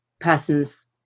person's